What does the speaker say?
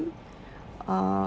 uh